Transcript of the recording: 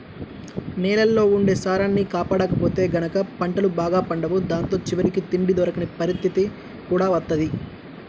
నేలల్లో ఉండే సారాన్ని కాపాడకపోతే గనక పంటలు బాగా పండవు దాంతో చివరికి తిండి దొరకని పరిత్తితి కూడా వత్తది